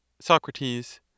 Socrates